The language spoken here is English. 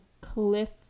cliff